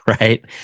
right